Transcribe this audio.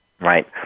right